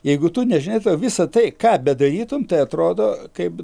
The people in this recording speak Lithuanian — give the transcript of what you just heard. jeigu tu nežinai tau visą tai ką bedarytum tai atrodo kaip